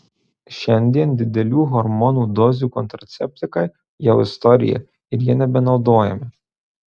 šiandien didelių hormonų dozių kontraceptikai jau istorija ir jie nebenaudojami